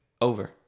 Over